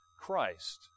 Christ